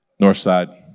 Northside